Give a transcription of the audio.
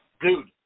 Dude